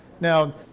Now